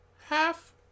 Half